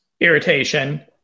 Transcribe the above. irritation